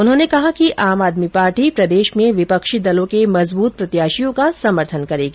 उन्होंने कहा कि आम आदमी पार्टी प्रदेश में विपक्षी दलों के मजबूत प्रत्याशियों का समर्थन करेंगी